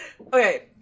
Okay